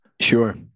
Sure